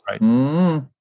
Right